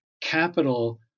capital